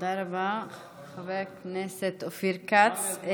תודה רבה, חבר הכנסת אופיר כץ.